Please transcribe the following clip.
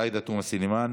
שנהיה עם נורמלי כמו שאר